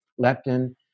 Leptin